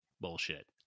Bullshit